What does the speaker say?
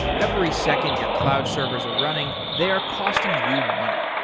every second your cloud servers are running, they are costing you money.